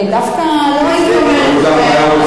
תודה רבה.